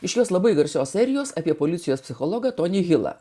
iš jos labai garsios serijos apie policijos psichologą tonį hilą